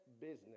business